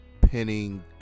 pinning